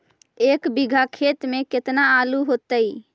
एक बिघा खेत में केतना आलू होतई?